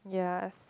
ya